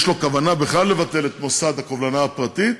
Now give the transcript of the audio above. לו כוונה בכלל לבטל את מוסד הקובלנה הפרטית,